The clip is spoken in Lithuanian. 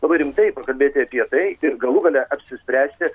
labai rimtai pakalbėti apie tai ir galų gale apsispręsti